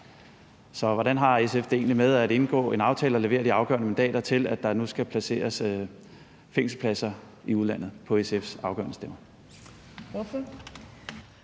Så hvordan har SF det egentlig med at indgå en aftale og levere de afgørende mandater til, at der nu skal placeres fængselspladser i udlandet – på SF's afgørende stemmer?